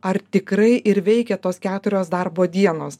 ar tikrai ir veikia tos keturios darbo dienos